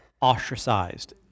ostracized